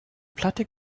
platte